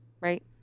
right